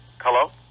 hello